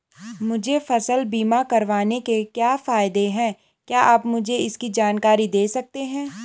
मुझे फसल बीमा करवाने के क्या फायदे हैं क्या आप मुझे इसकी जानकारी दें सकते हैं?